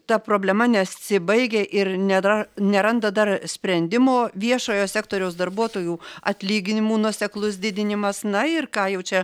ta problema nesibaigia ir nėra neranda dar sprendimo viešojo sektoriaus darbuotojų atlyginimų nuoseklus didinimas na ir ką jau čia